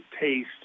taste